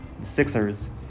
Sixers